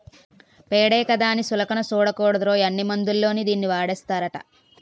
పేడే కదా అని సులకన సూడకూడదురోయ్, అన్ని మందుల్లోని దీన్నీ వాడేస్తారట